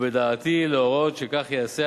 ובדעתי להורות שכך ייעשה,